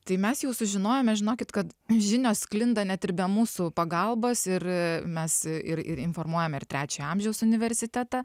tai mes jau sužinojome žinokit kad žinios sklinda net ir be mūsų pagalbos ir mes ir ir informuojame ir trečiojo amžiaus universitetą